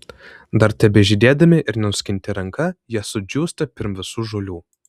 dar tebežydėdami ir nenuskinti ranka jie sudžiūsta pirm visų žolių